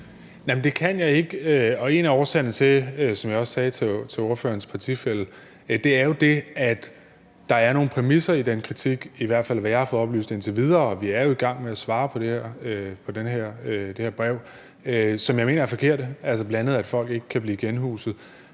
ikke. Og en af årsagerne til det er jo det, som jeg også sagde til ordførerens partifælle, at der er nogle præmisser i den kritik – i hvert fald som jeg har fået det oplyst indtil videre, og vi er jo i gang med at svare på FN's brev – som jeg mener er forkerte, altså bl.a., at folk ikke kan blive genhuset.